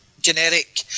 generic